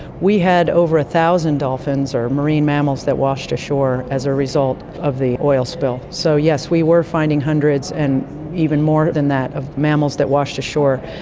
we had over one thousand dolphins or marine mammals that washed ashore as a result of the oil spill. so yes, we were finding hundreds and even more than that of mammals that washed ashore,